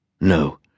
No